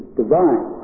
divine